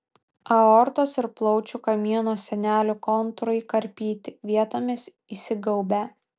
aortos ir plaučių kamieno sienelių kontūrai karpyti vietomis įsigaubę